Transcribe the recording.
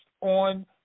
on